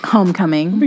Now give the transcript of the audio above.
Homecoming